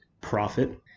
profit